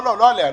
לא עליה.